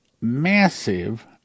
massive